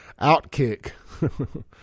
Outkick